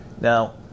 Now